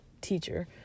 teacher